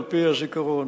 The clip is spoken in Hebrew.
על-פי הזיכרון,